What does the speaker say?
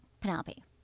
Penelope